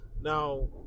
Now